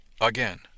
Again